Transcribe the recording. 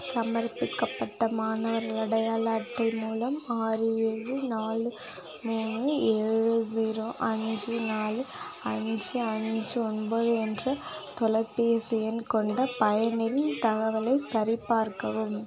சமர்ப்பிக்கப்பட்ட மாணவர் அடையாள அட்டை மூலம் ஆறு ஏழு நாலு மூணு ஏழு ஸீரோ அஞ்சு நாலு அஞ்சு அஞ்சு ஒம்பது என்ற தொலைபேசி எண் கொண்ட பயனின் தகவலை சரிப்பார்க்கவும்